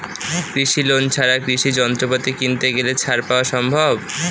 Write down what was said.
কৃষি লোন ছাড়া কৃষি যন্ত্রপাতি কিনতে গেলে ছাড় পাওয়া সম্ভব?